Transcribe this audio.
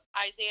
Isaiah